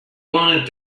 wanted